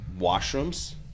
Washrooms